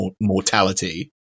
mortality